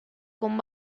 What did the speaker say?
con